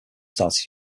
started